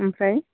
ओमफ्राय